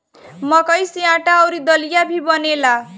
मकई से आटा अउरी दलिया भी बनेला